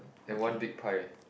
then one big pie